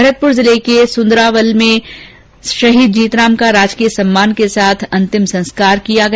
भरतपुर जिले के सुंदरवाली में शहीद जीतराम का राजकीय सम्मान के साथ अंतिम संस्कार किया गया